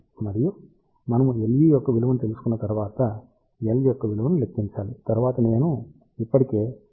మరియు మనము Le యొక్క విలువను తెలుసుకున్న తర్వాత L యొక్క విలువను లెక్కించాలి తరువాత నేను ఇప్పటికే ∆L కోసం ఎక్స్ప్రెషన్ ను ఇచ్చాను